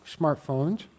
smartphones